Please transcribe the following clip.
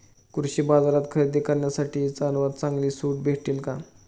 कृषी बाजारात खरेदी करण्यासाठी सर्वात चांगली सूट भेटेल का?